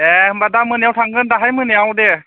दे होनबा दा मोनायाव थांगोन दाहाय मोनायाव दे